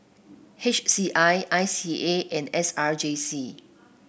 H C I I C A and S R J C